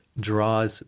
draws